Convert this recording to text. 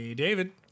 David